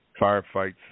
firefights